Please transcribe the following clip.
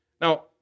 Now